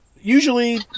usually